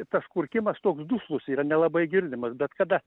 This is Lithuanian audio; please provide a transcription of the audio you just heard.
tas kurkimas toks duslus yra nelabai girdimas bet kada